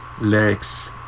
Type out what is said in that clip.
lyrics